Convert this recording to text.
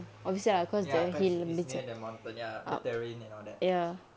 ya cause it's it's near the mountain ya the terrain and all that